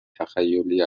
تخیلی